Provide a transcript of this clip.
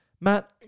matt